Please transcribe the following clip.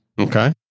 Okay